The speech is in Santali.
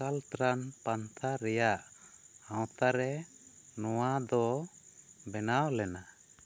ᱟᱠᱟᱞ ᱛᱨᱟᱱ ᱯᱟᱱᱛᱷᱟ ᱨᱮᱭᱟᱜ ᱟᱶᱛᱟ ᱨᱮ ᱱᱚᱶᱟ ᱫᱚ ᱵᱮᱱᱟᱣ ᱞᱮᱱᱟ